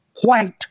White